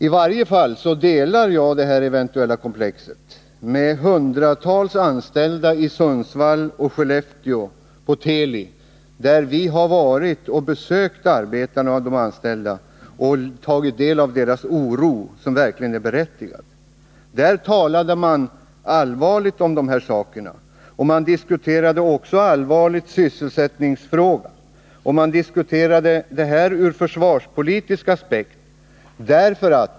Det eventuella komplexet har jag gemensamt med hundratals anställda i Sundsvall och Skellefteå. Jag har besökt verkstäderna och tagit del av de anställdas oro, som verkligen är berättigad. Där talade man allvarligt om de här sakerna. Man diskuterade också allvarligt sysselsättningsfrågan, och man diskuterade regeringsförslaget ur försvarspolitisk aspekt.